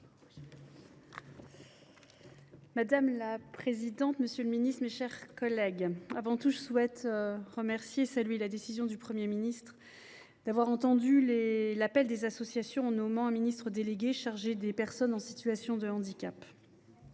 Madame la présidente, monsieur le ministre, mes chers collègues, avant tout, je souhaite remercier le Premier ministre d’avoir entendu l’appel des associations en nommant une ministre déléguée chargée des personnes en situation de handicap.